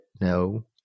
no